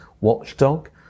watchdog